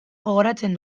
gogoratzen